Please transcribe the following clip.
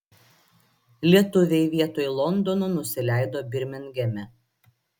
lietuviai vietoj londono nusileido birmingeme